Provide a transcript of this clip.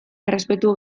errespetu